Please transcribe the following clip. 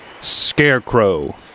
scarecrow